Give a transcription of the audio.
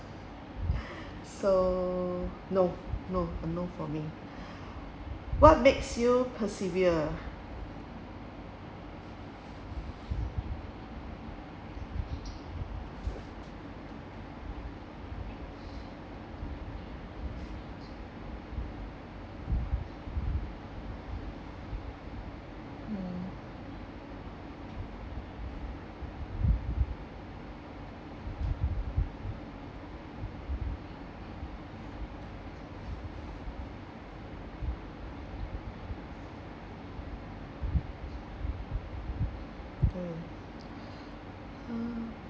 so no no a no for me what makes you persevere